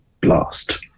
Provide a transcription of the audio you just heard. Blast